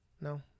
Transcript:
No